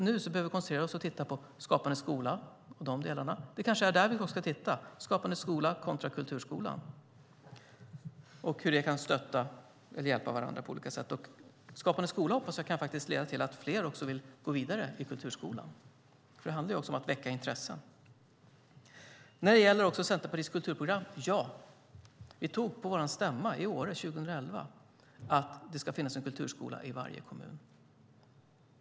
Nu behöver vi koncentrera oss på Skapande skola. Vi kanske ska titta på Skapande skola kontra kulturskolan och hur de kan hjälpa varandra på olika sätt. Jag hoppas att Skapande skola kan leda till att fler vill gå vidare till kulturskolan eftersom det även handlar om att väcka intresse. När det gäller Centerpartiets kulturprogram tog vi beslut på vår stämma i Åre 2011 om att det ska finnas en kulturskola i varje kommun.